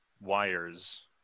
wires